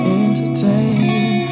entertain